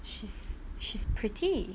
she's she's pretty